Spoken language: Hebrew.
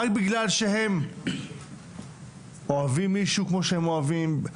רק בגלל שהם אוהבים מישהו כמו שהם אוהבים,